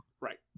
Right